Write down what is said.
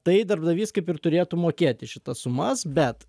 tai darbdavys kaip ir turėtų mokėti šitas sumas bet